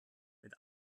mit